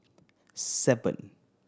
seven